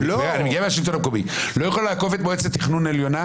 אני מגיע מהשלטון המקומי לא יכולה לעקוף את מועצת התכנון העליונה,